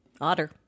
Otter